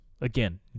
Again